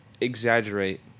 exaggerate